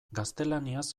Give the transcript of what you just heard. gaztelaniaz